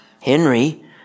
Henry